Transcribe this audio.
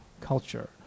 culture